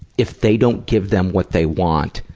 if they don't give them what they want,